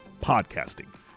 podcasting